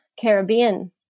Caribbean